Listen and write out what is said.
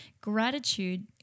gratitude